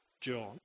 John